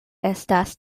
estas